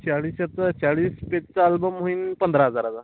चाळीस याचा चाळीस पेजचा आल्बम होईन पंधरा हजाराला